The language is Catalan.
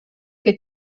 que